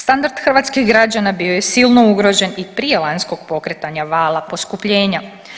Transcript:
Standard hrvatskih građana bio je silno ugrožen i prije lanjskog pokretanja vala poskupljenja.